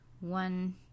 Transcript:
one